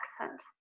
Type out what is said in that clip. accent